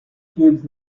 hughes